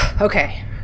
Okay